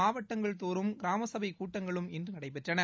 மாவட்டங்கள்தோறும் கிராமசபைக் கூட்டங்களும் இன்று நடைபெற்றன